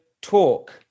talk